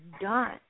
done